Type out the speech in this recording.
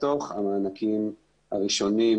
בתוך המענקים הראשונים,